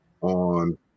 on